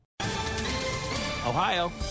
Ohio